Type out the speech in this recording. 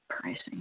pricing